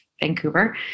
Vancouver